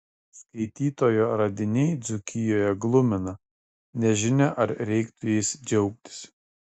skaitytojo radiniai dzūkijoje glumina nežinia ar reiktų jais džiaugtis